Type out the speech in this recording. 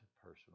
personal